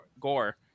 Gore